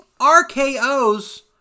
RKO's